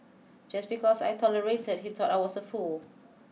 just because I tolerated he thought I was a fool